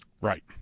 right